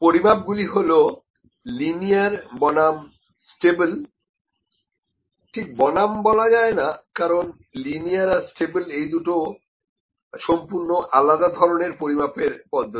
পরিমাপ গুলো হল লিনিয়ার বনাম স্টেবল ঠিক বনাম বলা যায় না কারণ লিনিয়ার আর স্টেবল এই দুটো সম্পূর্ণ আলাদা ধরনের পরিমাপের পদ্ধতি